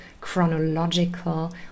chronological